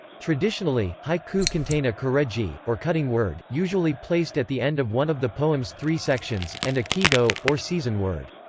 traditionally, haiku contain a kireji, or cutting word, usually placed at the end of one of the poem's three sections, and a kigo, or season-word.